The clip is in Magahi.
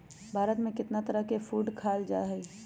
भारत में कितना तरह के सी फूड खाल जा हई